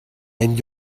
and